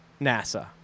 NASA